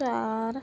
ਚਾਰ